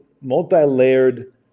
multi-layered